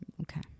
Okay